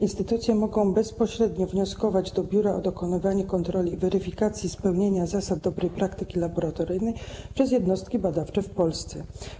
Instytucje mogą bezpośrednio wnioskować do biura o dokonywanie kontroli i weryfikacji spełniania zasad dobrej praktyki laboratoryjnej przez jednostki badawcze w Polsce.